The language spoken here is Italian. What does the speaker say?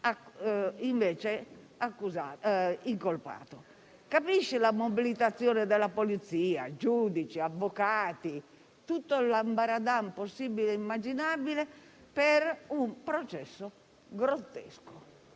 invece incolpato. Capisce la mobilitazione della polizia, giudici, avvocati, tutto l'ambaradan possibile e immaginabile per un processo grottesco.